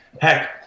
Heck